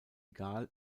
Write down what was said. egal